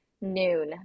Noon